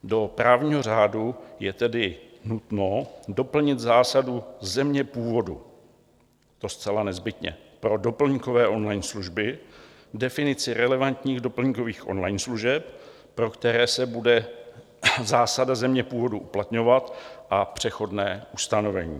Do právního řádu je tedy nutno doplnit zásadu země původu, a to zcela nezbytně, pro doplňkové online služby, definici relevantních doplňkových online služeb, pro které se bude zásada země původu uplatňovat, a přechodné ustanovení.